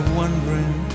wondering